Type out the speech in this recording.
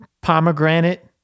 pomegranate